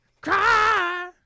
Cry